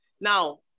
Now